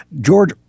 George